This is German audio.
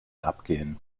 abgehen